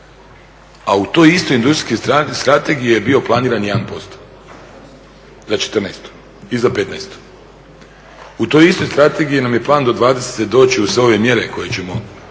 A u toj istoj industrijskoj strategiji je bio planiran 1% za 2014. i za 2015. U toj istoj strategiji nam je plan do 2020. doći uz sve ove mjere koje ćemo